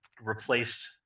replaced